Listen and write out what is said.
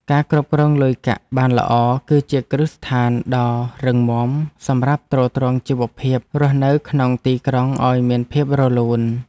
ការគ្រប់គ្រងលុយកាក់បានល្អ គឺជាគ្រឹះស្ថានដ៏រឹងមាំសម្រាប់ទ្រទ្រង់ជីវភាពរស់នៅក្នុងទីក្រុងឱ្យមានភាពរលូន។